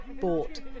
bought